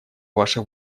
ваше